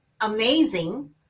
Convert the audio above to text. amazing